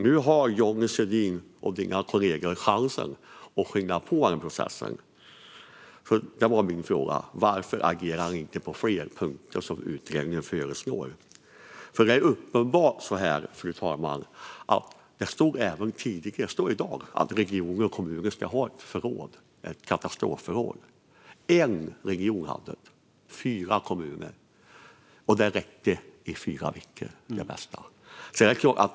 Nu har Johnny Svedin och hans kollegor chansen att skynda på processen. Min fråga var alltså: Varför agerar ni inte på fler punkter som utredningen föreslår? Det är uppenbart, fru talman, att regioner och kommuner ska ha ett förråd - ett katastrofförråd. Så stod det tidigare, och så står det även i dag. En region hade det, och fyra kommuner hade det. Det räckte i fyra veckor som längst.